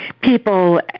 people